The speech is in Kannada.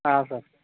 ಹಾಂ ಸರ್